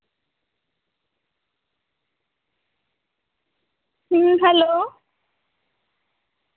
ᱦᱩᱸ ᱦᱮᱞᱳ